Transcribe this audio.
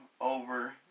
over